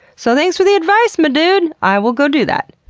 so thanks for the advice, my dude! i will go do that!